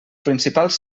principals